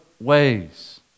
ways